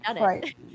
right